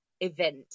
event